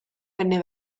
venne